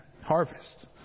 harvest